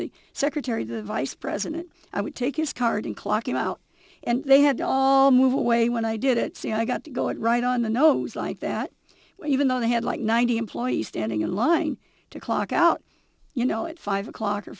the secretary the vice president i would take his card and clock him out and they had all moved away when i did it see i got to go it right on the nose like that even though they had like ninety employees standing in line to clock out you know it's five o'clock or